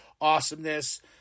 Awesomeness